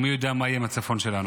ומי יודע מה יהיה עם הצפון שלנו.